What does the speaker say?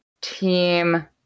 team